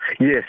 Yes